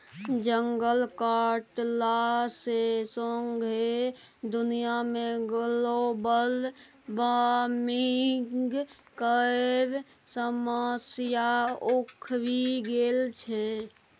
जंगल कटला सँ सौंसे दुनिया मे ग्लोबल बार्मिंग केर समस्या उखरि गेल छै